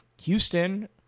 Houston